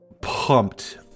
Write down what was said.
pumped